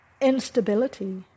instability